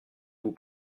vous